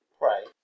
Right